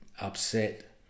upset